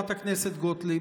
חברת הכנסת גוטליב,